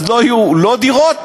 אז לא יהיו לא דירות,